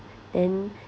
then